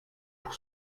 pour